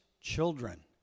children